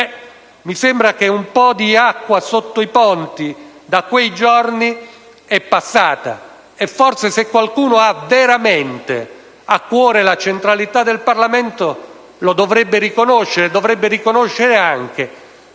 giorni un po' di acqua sotto i ponti sia passata, e forse, se qualcuno ha veramente a cuore la centralità del Parlamento, lo dovrebbe riconoscere e dovrebbe riconoscere anche